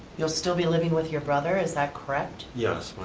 you'll still be living with your brother, is that correct? yes,